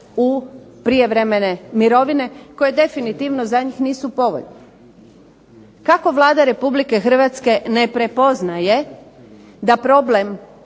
u prijevremene mirovine koje definitivno za njih nisu povoljne. Kako Vlada Republike Hrvatske ne prepoznaje da problem